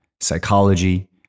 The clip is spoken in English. psychology